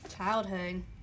Childhood